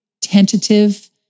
tentative